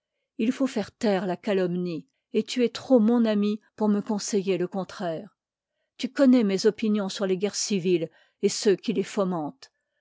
il faut faire taire la calomnie et tu es trop mon ami pour me conseiller le contraire tu connois mes opinions sur les guerres civiles et ceux qui les fomentent